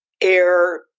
air